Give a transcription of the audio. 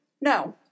No